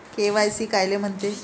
KYC कायले म्हनते?